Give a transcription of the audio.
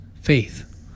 faith